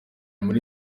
muri